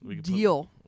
Deal